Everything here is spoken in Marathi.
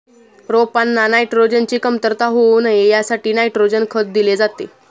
रोपांना नायट्रोजनची कमतरता होऊ नये यासाठी नायट्रोजन खत दिले जाते